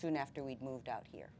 soon after we moved out here